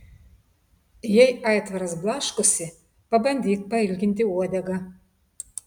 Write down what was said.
jei aitvaras blaškosi pabandyk pailginti uodegą